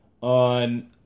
on